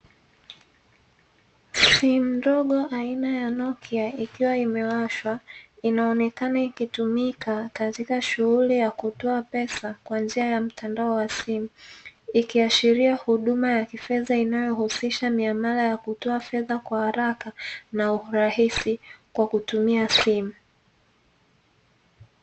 Simu ndogo aina ya nokia ikiwa imewashwa inaonekana ikitumika katika shughuli ya kutoa pesa kwa njia ya mtandao wa simu, ikiashiria huduma ya kifedha inayohusisha huduma ya kutoa miamala kwa haraka na urahisi kwa kutumia simu.